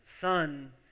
son